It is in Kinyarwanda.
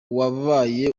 wabaye